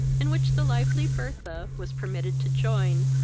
in which the lively bertha was permitted to join,